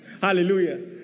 Hallelujah